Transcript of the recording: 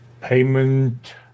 payment